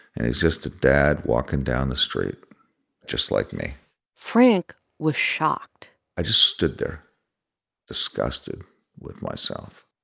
and he's just a dad walking down the street just like me frank was shocked i just stood there disgusted with myself.